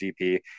DP